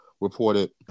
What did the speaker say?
reported